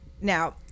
Now